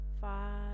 five